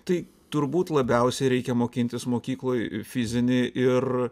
tai turbūt labiausiai reikia mokintis mokykloj fizinį ir